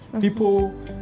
People